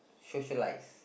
socialise